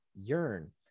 Yearn